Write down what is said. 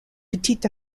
petit